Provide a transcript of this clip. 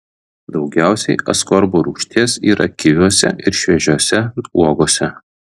daugiausiai askorbo rūgšties yra kiviuose ir šviežiose uogose